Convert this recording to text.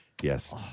Yes